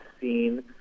seen